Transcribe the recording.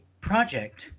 project